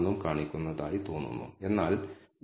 5 ആണ് അതായത് 14 ഉം 16